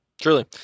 Truly